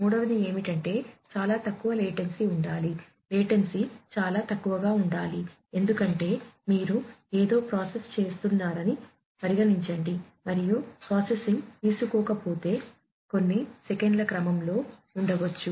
మూడవది ఏమిటంటే చాలా తక్కువ లాటెన్సీ క్రమంలో ఉండవచ్చు